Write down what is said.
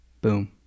boom